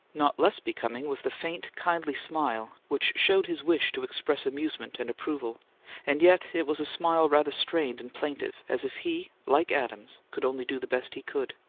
not less becoming was the faint, kindly smile, which showed his wish to express amusement and approval and yet it was a smile rather strained and plaintive, as if he, like adams, could only do the best he could.